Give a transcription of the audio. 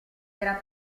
era